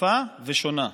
יפה ושונה: